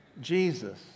Jesus